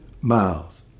miles